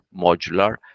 modular